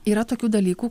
yra tokių dalykų